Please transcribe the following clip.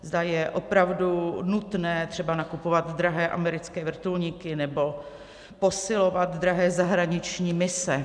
Zda je opravdu nutné třeba nakupovat drahé americké vrtulníky nebo posilovat drahé zahraniční mise.